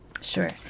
Sure